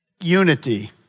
Unity